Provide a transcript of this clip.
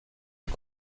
est